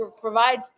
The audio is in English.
provide